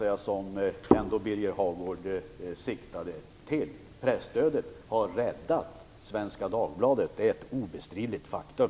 Det är precis den oro som Birger Hagård ändå syftade på. Presstödet har räddat Svenska Dagbladet. Det är ett obestridligt faktum.